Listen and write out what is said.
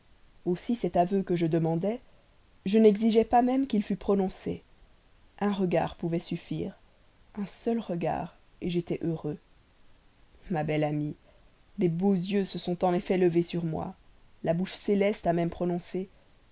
aussi cet aveu que je demandais je n'exigeais pas même qu'il fût prononcé un regard pouvait suffire un seul regard j'étais heureux ma belle amie les beaux yeux se sont en effet levés sur moi la bouche céleste a même prononcé